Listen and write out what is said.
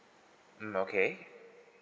mm okay